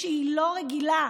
שהיא לא רגילה,